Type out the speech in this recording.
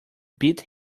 beat